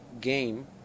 game